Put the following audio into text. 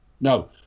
No